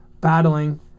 battling